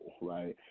right